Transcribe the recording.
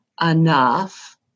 enough